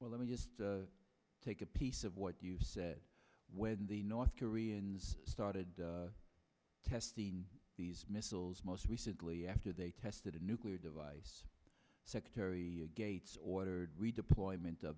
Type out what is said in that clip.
well let me just take a piece of what you said when the north koreans started testing missiles most recently after they tested a nuclear device secretary gates ordered redeployment of